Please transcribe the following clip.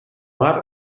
har